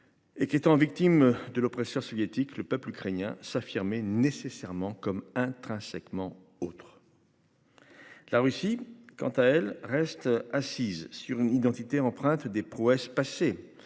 Et qui était en victime de l'oppression soviétique le peuple ukrainien s'affirmer nécessairement comme intrinsèquement autre. La Russie quant à elle reste assise sur une identité empreintes des prouesses passées